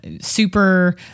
super